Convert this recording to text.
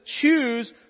choose